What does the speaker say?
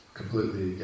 completely